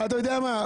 אתה יודע מה,